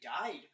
died